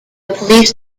police